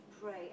pray